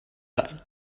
sein